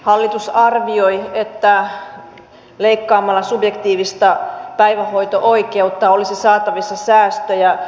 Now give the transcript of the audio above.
hallitus arvioi että leikkaamalla subjektiivista päivähoito oikeutta olisi saatavissa säästöjä